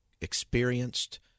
experienced